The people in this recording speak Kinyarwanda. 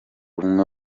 umwe